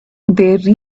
they